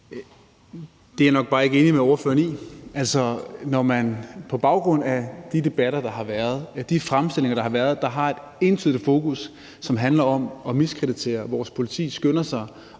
Det er jeg nok bare ikke enig med ordføreren i. Altså, at man på baggrund af de debatter, der har været, og de fremstillinger, der har været, og som har et ensidigt fokus, der handler om at miskreditere vores politi, så skynder sig